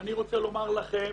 אני רוצה לומר לכם